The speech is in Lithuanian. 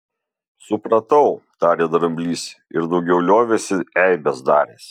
supratau tarė dramblys ir daugiau liovėsi eibes daręs